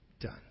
done